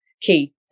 key